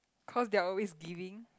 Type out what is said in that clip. cause they are always giving